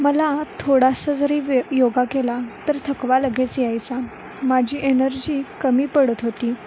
मला थोडासा जरी व्य योगा केला तर थकवा लगेच यायचा माझी एनर्जी कमी पडत होती